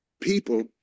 people